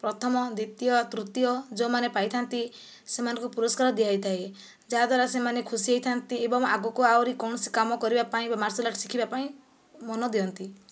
ପ୍ରଥମ ଦ୍ୱିତୀୟ ତୃତୀୟ ଯେଉଁମାନେ ପାଇଥାନ୍ତି ସେମାନଙ୍କୁ ପୁରସ୍କାର ଦିଆ ହୋଇଥାଏ ଯାହାଦ୍ୱାରା ସେମାନେ ଖୁସି ହୋଇଥାନ୍ତି ଏବଂ ଆଗକୁ ଆହୁରି କୌଣସି କାମ କରିବା ପାଇଁ ବା ମାର୍ଶାଲ ଆର୍ଟ ଶିଖିବା ପାଇଁ ମନ ଦିଅନ୍ତି